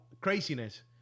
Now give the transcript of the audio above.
craziness